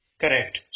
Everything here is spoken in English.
Correct